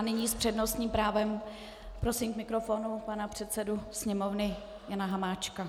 Nyní s přednostním právem prosím k mikrofonu pana předsedu Sněmovny Jana Hamáčka.